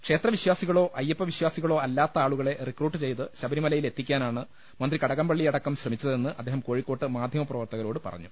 ക്ഷേത്രവിശ്ചാസികളോ അയ്യപ്പവിശ്ചാസി കളോ അല്ലാത്ത ആളുകളെ റിക്രൂട്ട് ചെയ്ത് ശബരിമലയിലെത്തിക്കാനാണ് മന്ത്രി കടകംപളളിയടക്കം ശ്രമിച്ചതെന്ന് അദ്ദേഹം കോഴിക്കോട്ട് മാധ്യമപ്രവർത്ത കരോട് പറഞ്ഞു